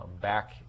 back